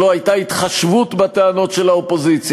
שלא הייתה התחשבות בטענות של האופוזיציה,